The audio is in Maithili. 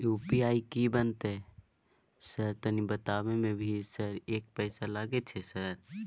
यु.पी.आई की बनते है सर तनी बता भी ना सर एक पैसा लागे छै सर?